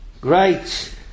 Great